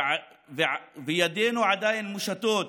ידינו עדיין מושטות,